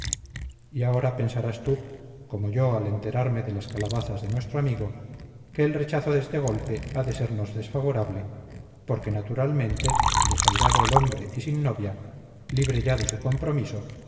y ahora pensarás tú como yo al enterarme de las calabazas de nuestro amigo que el rechazo de este golpe ha de sernos desfavorable porque naturalmente desairado el hombre y sin novia libre ya de su compromiso